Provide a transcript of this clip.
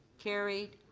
carried.